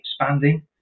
expanding